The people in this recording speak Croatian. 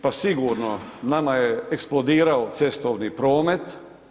Pa sigurno nama je eksplodirao cestovni promet.